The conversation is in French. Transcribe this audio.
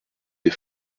des